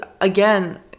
again